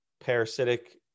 parasitic